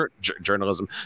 journalism